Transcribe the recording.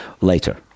Later